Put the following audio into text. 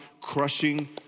crushing